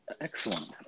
Excellent